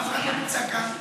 ואף אחד לא נמצא כאן?